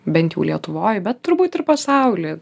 bent jau lietuvoj bet turbūt ir pasauly